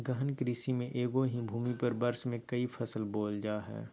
गहन कृषि में एगो ही भूमि पर वर्ष में क़ई फसल बोयल जा हइ